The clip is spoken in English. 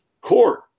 court